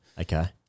Okay